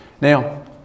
Now